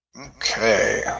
Okay